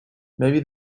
maybe